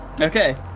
Okay